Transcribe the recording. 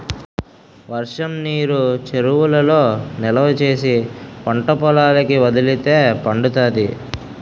వర్షంనీరు చెరువులలో నిలవా చేసి పంటపొలాలకి వదిలితే పండుతాది